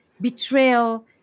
betrayal